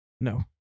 No